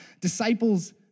Disciples